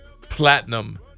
platinum